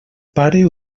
pare